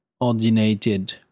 ordinated